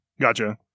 Gotcha